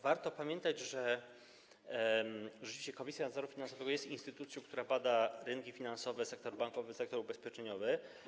Warto pamiętać, że rzeczywiście Komisja Nadzoru Finansowego jest instytucją, która bada rynki finansowe, sektor bankowy, sektor ubezpieczeniowy.